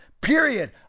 period